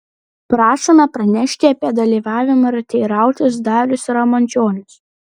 prašome pranešti apie dalyvavimą ir teirautis darius ramančionis